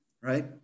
right